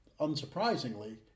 unsurprisingly